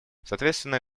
соответственно